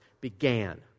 began